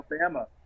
Alabama